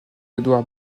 edouard